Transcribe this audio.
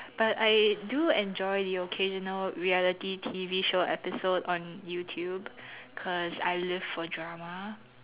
but I do enjoy the occasional reality T_V show episode on YouTube cause I live for drama